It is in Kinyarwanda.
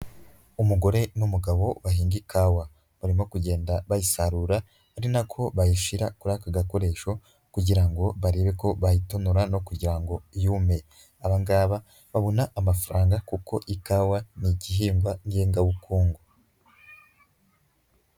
Umugore n'umugabo bahinga ikawa. Barimo kugenda bayisarura ari nako bayishyira kuri aka gakoresho kugira ngo barebe ko bayitonora no kugira ngo yume. Ababangaba babona amafaranga kuko ikawa ni igihingwa ngengabukungu.